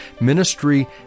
Ministry